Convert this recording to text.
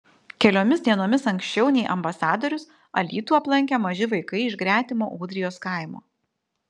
keliomis dienomis anksčiau nei ambasadorius alytų aplankė maži vaikai iš gretimo ūdrijos kaimo